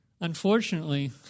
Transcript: Unfortunately